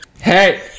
hey